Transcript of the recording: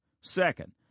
Second